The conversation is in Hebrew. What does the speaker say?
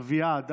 אביעד,